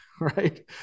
Right